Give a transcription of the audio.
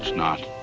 not.